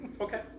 Okay